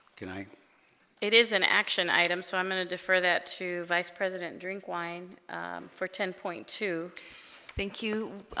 good night it is an action item so i'm going to defer that to vice president drink wine for ten point two thank you